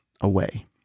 away